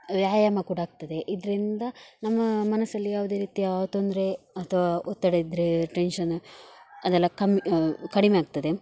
ವ್ಯಾಯಾಮ ಕೂಡಾ ಆಗ್ತದೆ ಇದರಿಂದ ನಮ್ಮ ಮನಸ್ಸಲ್ಲಿ ಯಾವುದೇ ರೀತಿಯ ತೊಂದರೆ ಅಥವಾ ಒತ್ತಡ ಇದ್ದರೆ ಟೆನ್ಷನ್ ಅದೆಲ್ಲಾ ಕಮ್ಮಿ ಕಡಿಮೆ ಆಗ್ತದೆ